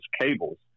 cables